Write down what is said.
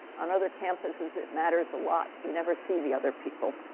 on other campuses, it matters a lot you never see the other people.